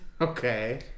Okay